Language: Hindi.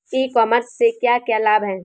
ई कॉमर्स से क्या क्या लाभ हैं?